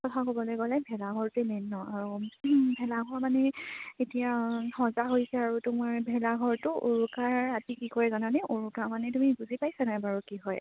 কথা ক'বলৈ গ'লে ভেলাঘৰটোৱে মেইন নহ্ আৰু ভেলাঘৰ মানে এতিয়া সজা হৈছে আৰু তোমাৰ ভেলাঘৰটো উৰুকাৰ ৰাতি কি কৰে জানানে উৰুকা মানে তুমি বুজি পাইছা নাই বাৰু কি হয়